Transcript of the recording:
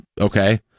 okay